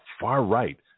far-right